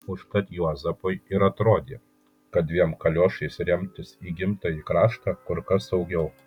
užtat juozapui ir atrodė kad dviem kaliošais remtis į gimtąjį kraštą kur kas saugiau